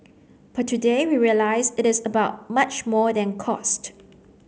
but today we realise it is about much more than cost